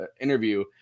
interview